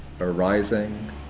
arising